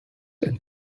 and